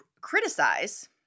criticize